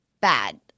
bad